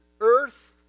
Earth